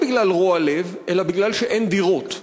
לא בגלל רוע לב אלא כי אין דירות.